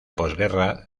posguerra